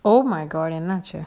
oh my god என்னாச்சு:ennachu